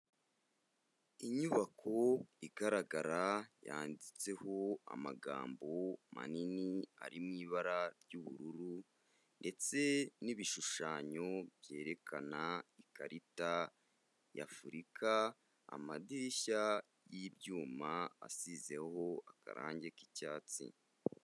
Inyubako igaragara yanditseho amagambo manini ari mu ibara ry'ubururu, ndetse n'ibishushanyo byerekana ikarita ya Afurika, amadirishya y'ibyuma asizeho akarange k'icyatsi.